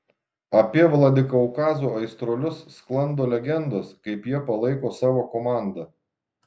apie vladikaukazo aistruolius sklando legendos kaip jie palaiko savo komandą